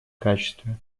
качестве